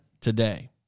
today